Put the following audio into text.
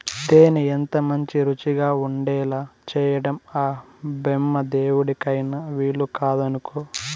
తేనె ఎంతమంచి రుచిగా ఉండేలా చేయడం ఆ బెమ్మదేవుడికైన వీలుకాదనుకో